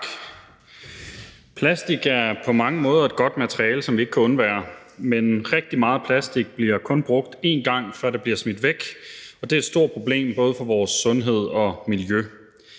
Plastik er på mange måder et godt materiale, som vi ikke kan undvære, men rigtig meget plastik bliver kun brugt én gang, før det bliver smidt væk, og det er et stort problem både for vores sundhed og for